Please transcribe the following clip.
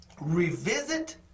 Revisit